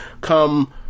come